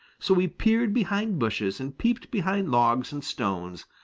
so he peered behind bushes and peeped behind logs and stones,